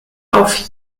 auf